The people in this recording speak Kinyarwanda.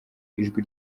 ijwi